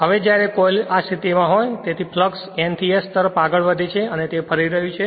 હવે જ્યારે કોઇલ આ સ્થિતિ માં હોય છે તેથી ફ્લક્સ N થી S તરફ આગળ વધે છે અને તે ફરી રહ્યું છે